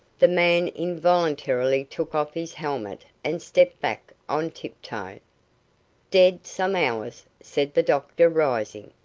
the man involuntarily took off his helmet and stepped back on tiptoe. dead some hours, said the doctor, rising.